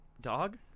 Dog